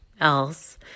else